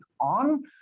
on